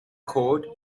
cord